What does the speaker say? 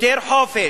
יותר חופש.